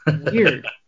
Weird